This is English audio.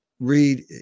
read